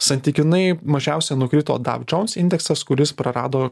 santykinai mažiausia nukrito dow jones indeksas kuris prarado